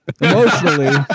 emotionally